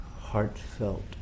heartfelt